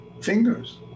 Fingers